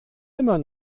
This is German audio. immer